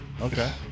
Okay